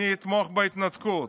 אני אתמוך בהתנתקות.